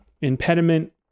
Impediment